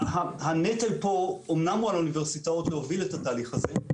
הנטל פה אומנם הוא על האוניברסיטאות להוביל את התהליך הזה.